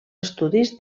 estudis